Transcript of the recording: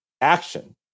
action